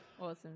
Awesome